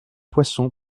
poisson